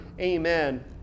Amen